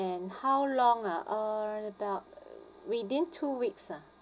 and how long ah uh about within two weeks ah